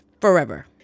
Forever